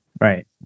Right